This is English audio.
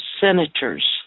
senators